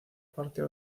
partir